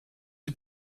die